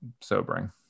sobering